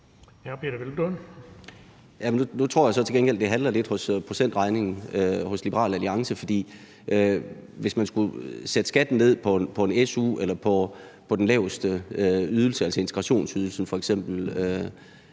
så til gengæld, at det halter lidt med procentregningen hos Liberal Alliance, for hvis man skulle sætte skatten ned på en su eller på den laveste ydelse,